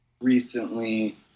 recently